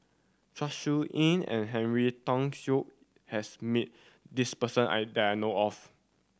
Chong Siew Ying and Henry Tan Yoke has meet this person I that I know of